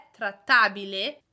trattabile